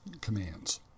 commands